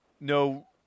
no